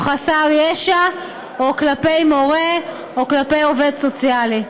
או חסר ישע, או מורה, או עובד סוציאלי.